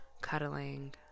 cuddling